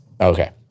Okay